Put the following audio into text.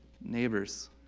neighbors